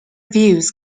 views